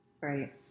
Right